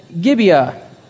Gibeah